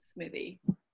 smoothie